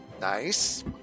Nice